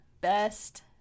best